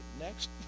next